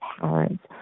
parents